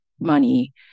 money